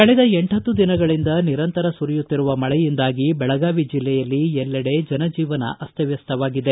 ಕಳೆದ ಎಂಟ್ಟತ್ತು ದಿನಗಳಿಂದ ನಿರಂತರ ಸುರಿಯುತ್ತಿರುವ ಮಳೆಯಿಂದಾಗಿ ಬೆಳಗಾವಿ ಜಿಲ್ಲೆಯಲ್ಲಿ ಎಲ್ಲೆಡೆ ಜನಜೀವನ ಅಸ್ತವ್ವಸ್ತವಾಗಿದೆ